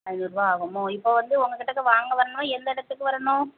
ஐந்நூறுபாய் ஆகுமோ இப்போ வந்து உங்கள் கிட்டக்க வாங்க வரணும்னால் இந்த இடத்துக்கு வரணும்